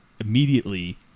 immediately